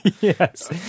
Yes